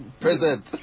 Present